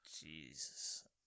Jesus